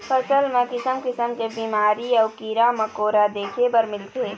फसल म किसम किसम के बिमारी अउ कीरा मकोरा देखे बर मिलथे